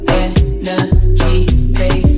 energy